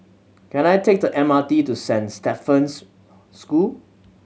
can I take the M R T to Saint Stephen's School